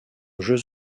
jeux